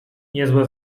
niezłe